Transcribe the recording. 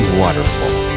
waterfall